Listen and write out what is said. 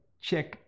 check